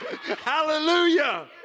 Hallelujah